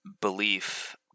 belief